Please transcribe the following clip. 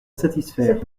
satisfaire